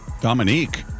Dominique